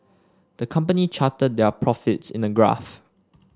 the company charted their profits in a graph